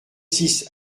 six